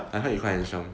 I heard you cry and